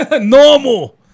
Normal